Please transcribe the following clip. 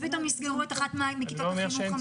פתאום יסגרו את אחת מכיתות החינוך המיוחד.